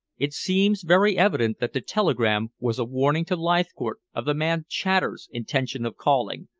it seems very evident that the telegram was a warning to leithcourt of the man chater's intention of calling,